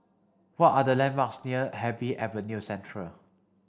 what are the landmarks near Happy Avenue Central